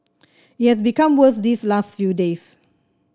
it has become worse these last few days